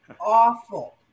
awful